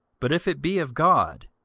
but if it be of god,